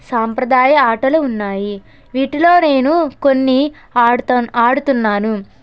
సాంప్రదాయ ఆటలు ఉన్నాయి వీటిలో నేను కొన్ని ఆడుత ఆడుతున్నాను